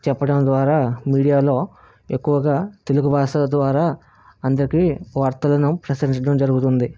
చెప్పడం ద్వారా మీడియాలో ఎక్కువగా తెలుగు భాష ద్వారా అందరికి వార్తలను ప్రసరించడం జరుగుతుంది